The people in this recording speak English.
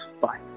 bye